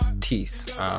teeth